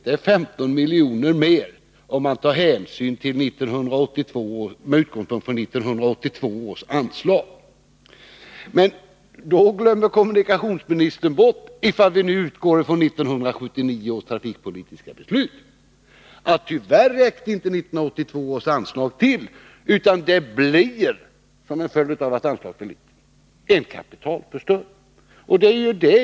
Det rör sig om 15 miljoner, med utgångspunkt i 1982 års anslag. Ifall vi utgår från 1979 års trafikpolitiska beslut glömmer kommunikationsministern bort att 1982 års anslag tyvärr inte räckte till. I stället blir det en kapitalförstöring, som en följd av att anslaget är för litet.